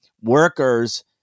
workers